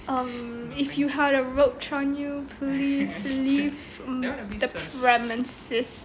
um if you have a roach on you please leave the premises